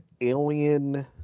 alien